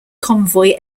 convoy